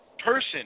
person